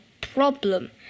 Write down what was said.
problem